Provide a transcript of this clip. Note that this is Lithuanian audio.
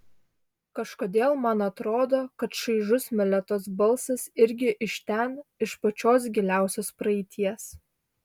kažkodėl man atrodo kad šaižus meletos balsas irgi iš ten iš pačios giliausios praeities